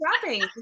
shopping